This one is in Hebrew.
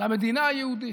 למדינה היהודית.